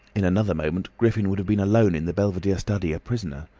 in another moment griffin would have been alone in the belvedere study, a prisoner.